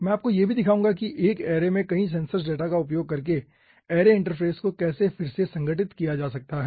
मैं आपको यह भी दिखाऊंगा कि 1 एरे में कई सेंसर डेटा का उपयोग करके एरे इंटरफ़ेस को कैसे फिर से संगठित किया जा सकता है